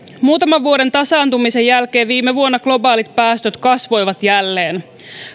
muutaman vuoden tasaantumisen jälkeen viime vuonna globaalit päästöt kasvoivat jälleen